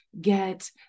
get